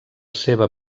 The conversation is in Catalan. seva